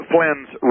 Flynn's